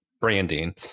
branding